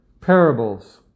parables